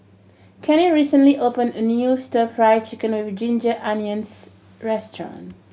Cannie recently opened a new Stir Fry Chicken with ginger onions restaurant